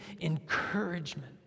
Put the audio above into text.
encouragement